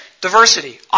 diversity